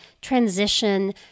transition